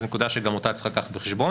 זו נקודה שגם אותה צריך לקחת בחשבון.